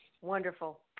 Wonderful